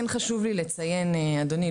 כן חשוב לי לציין אדוני,